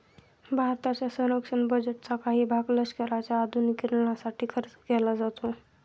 भारताच्या संरक्षण बजेटचा काही भाग लष्कराच्या आधुनिकीकरणासाठी खर्च केला जातो